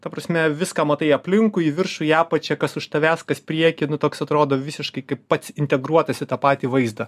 ta prasme viską matai aplinkui į viršų į apačią kas už tavęs kas prieky toks atrodo visiškai kaip pats integruotas į tą patį vaizdą